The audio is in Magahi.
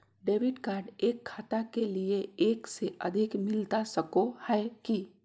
डेबिट कार्ड एक खाता के लिए एक से अधिक मिलता सको है की?